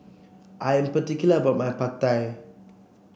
I'm particular about my Pad Thai